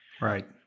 right